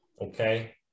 Okay